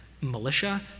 militia